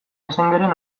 assangeren